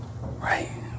Right